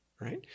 right